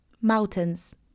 mountains